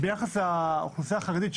ביחס לאוכלוסייה החרדית,